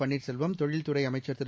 பன்னீர்செல்வம் தொழில்துறை அமைச்சள் திரு